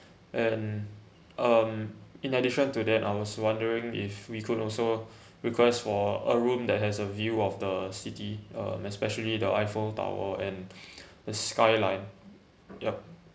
and um in addition to that I was wondering if we could also request for a room that has a view of the city uh especially the eiffel tower and the skyline yup